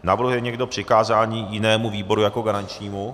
Navrhuje někdo přikázání jinému výboru jako garančnímu?